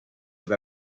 have